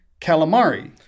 calamari